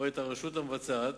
או את הרשות המבצעת